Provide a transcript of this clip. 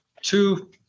two